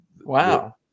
wow